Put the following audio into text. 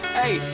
hey